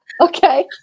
okay